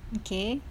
okay